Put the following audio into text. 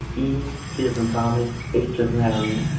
e, t as in thomas, h as in harry,